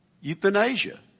Euthanasia